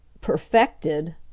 Perfected